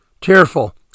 tearful